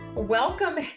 Welcome